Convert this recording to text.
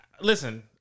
listen